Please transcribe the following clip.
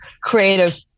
creative